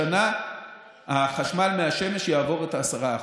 השנה החשמל מהשמש יעבור את ה-10%.